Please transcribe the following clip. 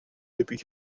depuis